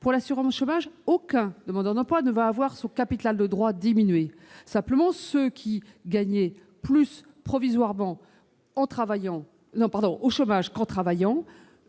pour l'assurance chômage : aucun demandeur d'emploi ne verra son capital de droits diminuer. Simplement, ceux qui gagnaient provisoirement plus au chômage qu'en travaillant